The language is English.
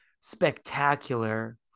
spectacular